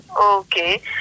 Okay